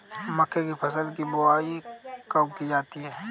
मक्के की फसल की बुआई कब की जाती है?